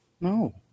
No